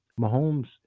Mahomes